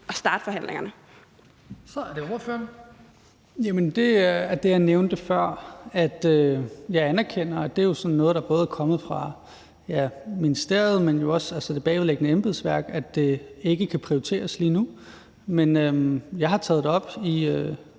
Rasmus Lund-Nielsen (M): Jamen det er på grund af det, jeg nævnte før, nemlig at jeg anerkender – og det er jo sådan noget, der både er kommet fra ministeriet, men jo også fra det bagvedliggende embedsværk – at det ikke kan prioriteres lige nu. Men jeg har taget det op i